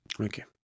Okay